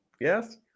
Yes